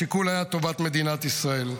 השיקול היה טובת מדינת ישראל.